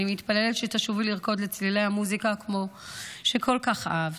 אני מתפללת שתשובי לרקוד לצלילי מוזיקה כמו שכל כך אהבת,